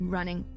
Running